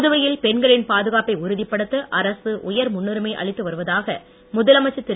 புதுவையில் பெண்களின் பாதுகாப்பை உறுதிப்படுத்த அரசு உயர் முன்னுரிமை அளித்துவருவதாக முதலமைச்சர் திரு